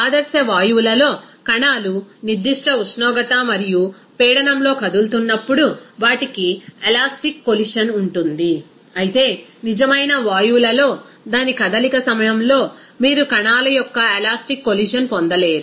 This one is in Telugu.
ఆదర్శ వాయువులలో కణాలు నిర్దిష్ట ఉష్ణోగ్రత మరియు పీడనంలో కదులుతున్నప్పుడు వాటి ఎలాస్టిక్ కొలిషన్ ఉంటుంది అయితే నిజమైన వాయువులలో దాని కదలిక సమయంలో మీరు కణాల యొక్క ఎలాస్టిక్ కొలిషన్ పొందలేరు